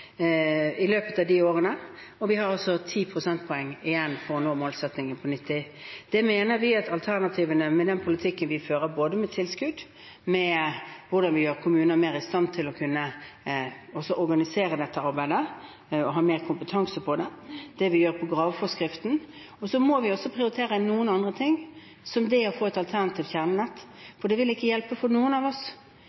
i løpet av de årene, og vi har altså 10 prosentpoeng igjen for å nå målsettingen på 90 pst. Her mener vi at alternativene er den politikken vi fører, både med tilskudd, med hvordan vi gjør kommuner mer i stand til å kunne organisere dette arbeidet og ha mer kompetanse på det, og det vi gjør på graveforskriften. Og så må vi også prioritere noen andre ting, som det å få